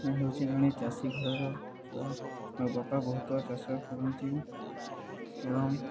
ହେଉଛି ଜଣେ ଚାଷୀ ଘରର ଛୁଆ ମୋର ବାପା ବହୁତ ଚାଷ କରନ୍ତି ଏବଂ